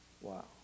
Wow